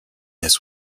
this